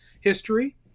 History